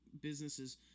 businesses